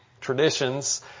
traditions